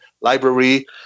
library